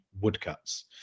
woodcuts